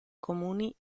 comuni